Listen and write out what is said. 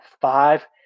five